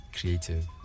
creative